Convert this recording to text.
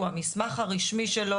הוא המסמך הרשמי שלו,